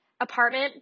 Apartment